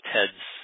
Ted's